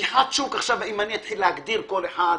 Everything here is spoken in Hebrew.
פתיחת שוק אם אני אתחיל להגדיר כל אחד,